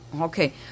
Okay